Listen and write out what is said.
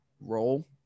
roll